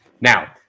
Now